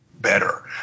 better